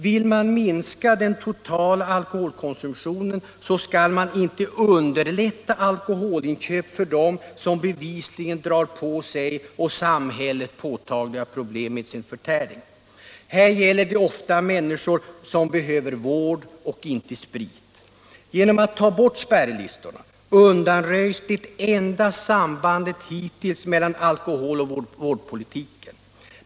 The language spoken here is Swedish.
Vill man minska den totala alkoholkonsumtionen skall man inte underlätta alkoholinköp för dem som bevisligen drar på sig och samhället påtagliga problem med sin förtäring. Här gäller det ofta människor som behöver vård och inte sprit. Genom att ta bort spärrlistorna undanröjer man det enda sambandet hittills mellan alkoholoch vårdpolitiken.